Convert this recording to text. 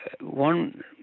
one